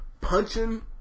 punching